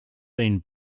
been